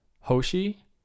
Hoshi